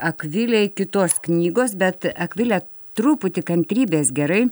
akvilei kitos knygos bet akvile truputį kantrybės gerai